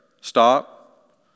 Stop